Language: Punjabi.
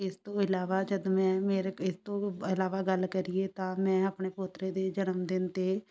ਇਸ ਤੋਂ ਇਲਾਵਾ ਜਦ ਮੈਂ ਮੇਰੇ ਇਸ ਤੋਂ ਵ ਇਲਾਵਾ ਗੱਲ ਕਰੀਏ ਤਾਂ ਮੈਂ ਆਪਣੇ ਪੋਤਰੇ ਦੇ ਜਨਮ ਦਿਨ 'ਤੇ